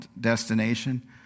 destination